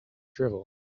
drivel